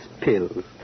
pills